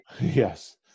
Yes